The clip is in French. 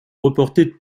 reporté